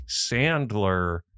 sandler